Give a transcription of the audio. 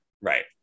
Right